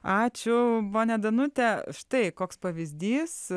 ačiū ponia danute štai koks pavyzdys